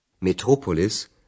Metropolis